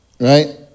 Right